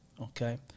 okay